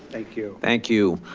thank you. thank you.